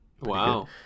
Wow